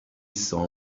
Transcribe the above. saw